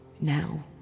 now